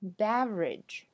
beverage